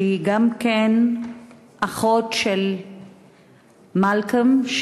שהיא אחות של מלקם,